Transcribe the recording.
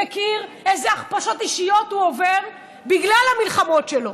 מכיר איזה הכפשות אישיות הוא עובר בגלל המלחמות שלו,